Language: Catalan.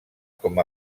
com